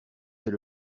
fait